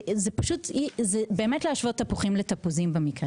במקרה הזה, זה באמת כמו להשוות תפוחים לתפוזים.